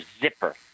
Zipper